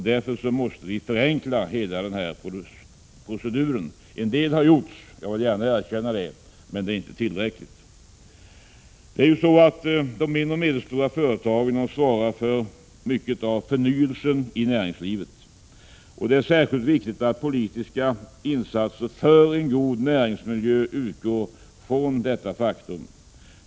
Därför måste vi förenkla hela denna procedur. En del har gjorts — det vill jag gärna erkänna — men det är inte tillräckligt. De mindre och medelstora företagen svarar för mycket av förnyelsen i Prot. 1986/87:130 näringslivet. Det är särskilt viktigt att politiska insatser för en god näringsmil 25 maj 1987 jö utgår från detta faktum.